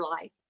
life